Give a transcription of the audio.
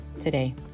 today